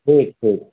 ठीक ठीक